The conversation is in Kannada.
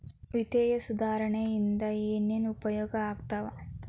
ವಿತ್ತೇಯ ಸುಧಾರಣೆ ಇಂದ ಏನೇನ್ ಉಪಯೋಗ ಆಗ್ತಾವ